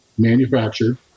Manufactured